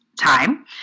time